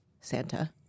Santa